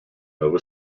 nova